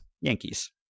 Yankees